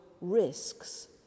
risks